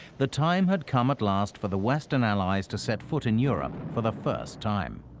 the time had come at last for the western allies to set foot in europe for the first time.